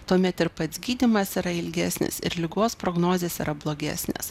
tuomet ir pats gydymas yra ilgesnis ir ligos prognozės yra blogesnės